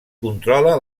controla